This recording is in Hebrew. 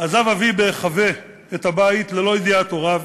עזב אבי בהיחבא את הבית, ללא ידיעת הוריו,